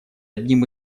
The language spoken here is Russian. одним